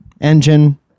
engine